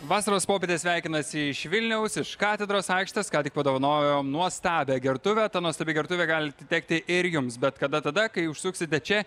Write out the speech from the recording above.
vasaros popietė sveikinasi iš vilniaus iš katedros aikštės ką tik padovanojo nuostabią gertuvę ta nuostabi gertuvė gali tekti ir jums bet kada tada kai užsuksite čia